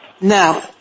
Now